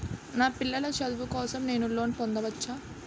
నా పిల్లల చదువు కోసం నేను లోన్ పొందవచ్చా?